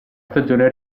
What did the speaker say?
stagione